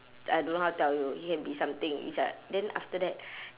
I don't know how to tell you he can be something it's like then after that